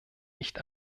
nicht